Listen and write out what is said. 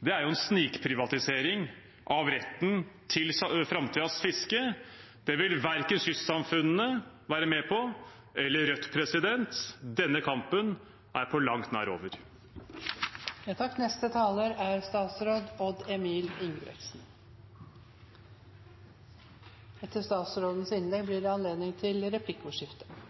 godtar, er en snikprivatisering av retten til framtidens fiske. Det vil verken kystsamfunnene eller Rødt være med på. Denne kampen er på langt nær over. Riksrevisjonen har foretatt en grundig undersøkelse av kvotesystemet i norske fiskerier. Det er vi alle enige om, og det